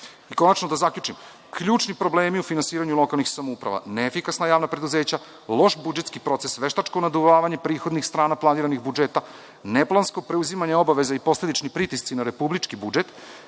konačno da zaključim, ključni problemi u finansiranju lokalnih samouprava, neefikasna javna preduzeća, loš budžetski proces, veštačko naduvavanje prihodnih strana planiranih budžeta, neplansko preduzimanje obaveza i posledični pritisci na republički budžet,